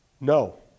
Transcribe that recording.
No